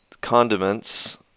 condiments